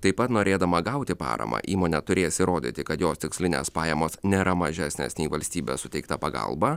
taip pat norėdama gauti paramą įmonė turės įrodyti kad jos tikslinės pajamos nėra mažesnės nei valstybės suteikta pagalba